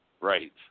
Right